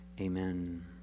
amen